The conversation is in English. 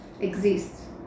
exists